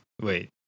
Wait